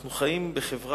אנחנו חיים בחברה